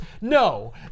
No